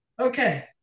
okay